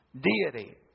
deity